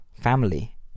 family